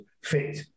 fit